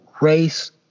race